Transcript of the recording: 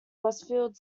westfield